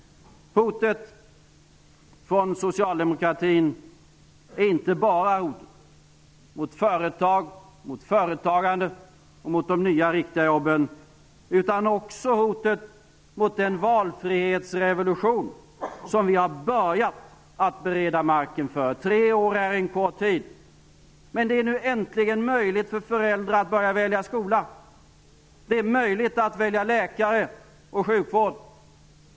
Hotet från socialdemokratin är inte bara ett hot mot företag, företagande och mot de nya riktiga jobben utan också ett hot mot den valfrihetsrevolution som vi har börjat att bereda marken för. Tre år är en kort tid. Men det är nu äntligen möjligt för föräldrar att börja välja skola. Det är möjligt att välja läkare och sjukvård.